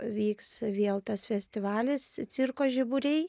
vyks vėl tas festivalis cirko žiburiai